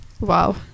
Wow